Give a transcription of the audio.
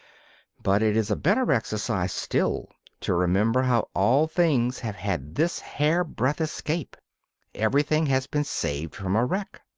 but it is a better exercise still to remember how all things have had this hair-breadth escape everything has been saved from a wreck.